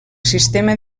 sistema